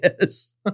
Yes